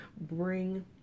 Bring